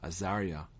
Azaria